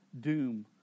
doom